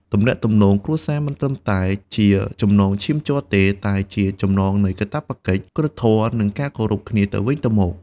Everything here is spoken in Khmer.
ទំនាក់ទំនងគ្រួសារមិនមែនត្រឹមតែជាចំណងឈាមជ័រទេ តែជាចំណងនៃកាតព្វកិច្ច គុណធម៌ និងការគោរពគ្នាទៅវិញទៅមក។